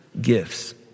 gifts